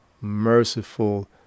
merciful